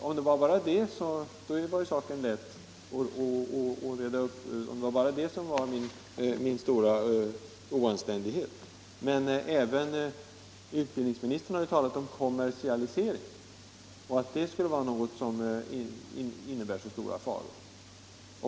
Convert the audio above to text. Om det bara var det som var min stora oanständighet var den saken lätt avklarad. Men även utbildningsministern har talat om kommersialisering och sagt att den skulle innebära stora faror.